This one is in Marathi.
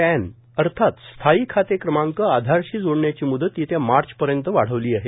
पॅन अर्थात स्थायी खाते क्रमांक आधारशी जोडण्याची म्दत येत्या मार्चपर्यंत वाढवली आहे